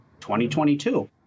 2022